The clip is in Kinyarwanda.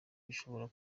gishobora